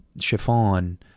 chiffon